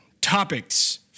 topics